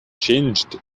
changed